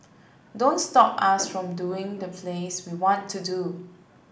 don't stop us from doing the plays we want to do